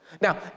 Now